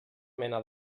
mena